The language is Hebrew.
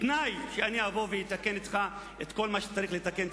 בתנאי שאני אבוא ואתקן אתך את כל מה שצריך לתקן.